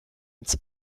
ins